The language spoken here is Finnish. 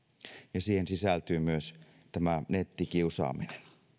ja siihen sisältyy myös tämä nettikiusaaminen